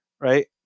right